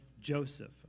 Joseph